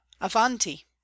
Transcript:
avanti